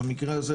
במקרה הזה,